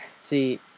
See